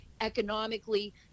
economically